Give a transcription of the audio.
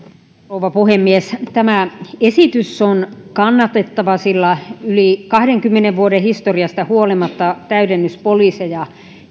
rouva puhemies tämä esitys on kannatettava sillä yli kahdenkymmenen vuoden historiasta huolimatta täydennyspoliiseja